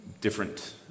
different